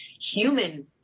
human